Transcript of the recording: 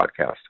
podcast